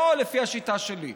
לא לפי השיטה שלי.